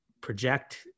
project